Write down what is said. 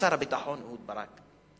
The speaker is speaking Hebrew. שר הביטחון אהוד ברק,